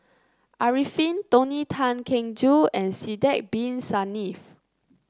Arifin Tony Tan Keng Joo and Sidek Bin Saniff